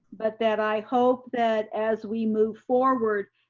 but that i hope that as we move forward,